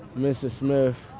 mr. smith,